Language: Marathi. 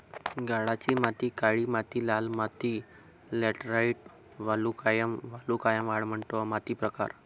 गाळाची माती काळी माती लाल माती लॅटराइट वालुकामय वालुकामय वाळवंट माती प्रकार